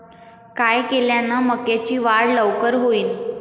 काय केल्यान मक्याची वाढ लवकर होईन?